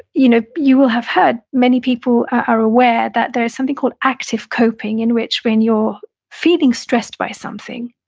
you know you will have heard many people are aware that there's something called active coping in which when you're feeling stressed by something,